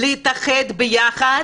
להתאחד ביחד